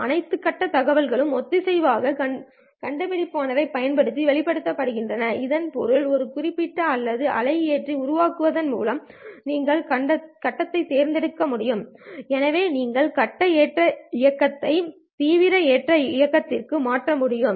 எனவே அனைத்து கட்டத் தகவல்களும் ஒத்திசைவான கண்டுபிடிப்பாளரைப் பயன்படுத்தி வெளியேற்றப்படுகிறது இதன் பொருள் ஒரு குறிப்பிட்ட அல்லது அலையியற்றி உருவாக்குவதன் மூலம் நீங்கள் கட்டத்தை பிரித்தெடுக்க முடியும் எனவே நீங்கள் கட்ட ஏற்ற இறக்கங்களை தீவிர ஏற்ற இறக்கங்களுக்கு மாற்ற முடியும்